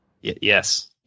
Yes